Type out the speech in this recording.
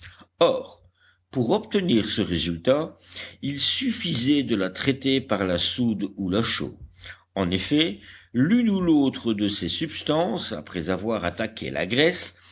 or pour obtenir ce résultat il suffisait de la traiter par la soude ou la chaux en effet l'une ou l'autre de ces substances après avoir attaqué la graisse